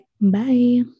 bye